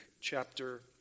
chapter